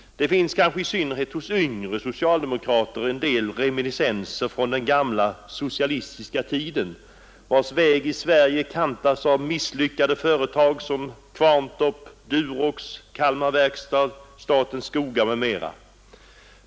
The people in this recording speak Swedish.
Det finns kanske, i synnerhet hos yngre socialdemokrater, en del reminiscenser från den gamla socialistiska tiden, vars väg i Sverige kantas av misslyckade företag såsom Kvarntorp, Durox, Kalmar verkstad, statens skogar m.m.